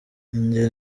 ingero